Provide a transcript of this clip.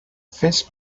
fes